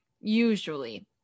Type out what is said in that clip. Usually